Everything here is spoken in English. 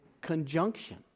conjunction